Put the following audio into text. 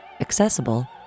accessible